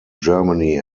germany